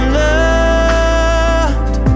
loved